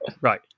Right